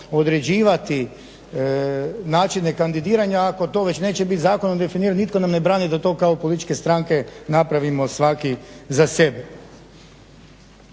određivati načine kandidiranja, ako to već neće biti zakonom definirano, nitko nam ne brani da to kao političke stranke napravimo svaki za sebe.